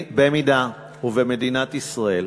אם במדינת ישראל